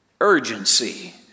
urgency